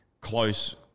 close